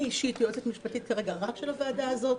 אני אישית יועצת משפטית כרגע רק של הוועדה זאת.